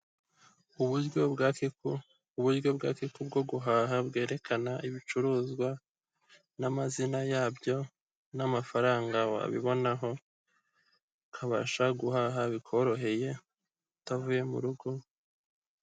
Uburyo bwa Kiku, uburyo bwa Kiku bwo guhaha bwerekana ibicuruzwa n'amazina yabyo n'amafaranga wabibonaho ukabasha guhaha bikoroheye utavuye mu rugo.